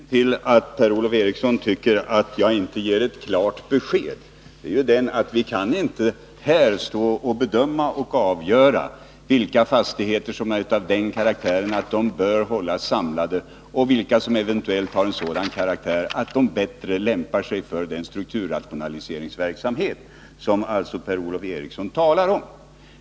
Herr talman! Att Per-Ola Eriksson tycker att jag inte ger ett klart besked har sin grund i att vi inte här kan stå och bedöma och avgöra vilka fastigheter som är av den karaktären att de bör hållas samlade och vilka som eventuellt har en sådan karaktär att de bättre lämpar sig för den strukturrationaliseringsverksamhet som Per-Ola Eriksson talar om.